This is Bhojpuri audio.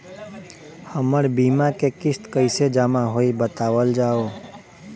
हमर बीमा के किस्त कइसे जमा होई बतावल जाओ?